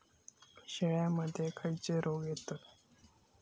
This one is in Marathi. शेळ्यामध्ये खैचे रोग येतत?